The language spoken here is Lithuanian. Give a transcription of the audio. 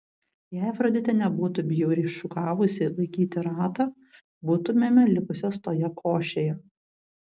jei afroditė nebūtų bjauriai šūkavusi laikyti ratą būtumėme likusios toje košėje